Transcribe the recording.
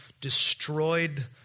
destroyed